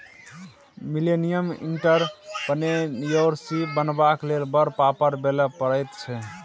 millennial entrepreneurship बनबाक लेल बड़ पापड़ बेलय पड़ैत छै